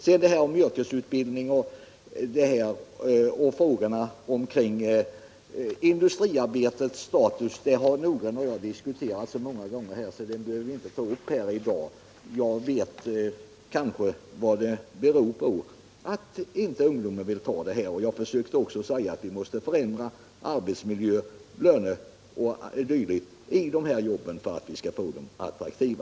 Frågorna om yrkesutbildningen och om industriarbetets status har herr Nordgren och jag diskuterat många gånger här i kammaren så det behöver vi inte göra i dag. Jag vet kanske vad det beror på att inte ungdomen vill ta dessa arbeten, och jag försökte också säga att vi måste förbättra arbetsmiljön, lönerna o.d. för att få de här jobben attraktiva.